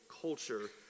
culture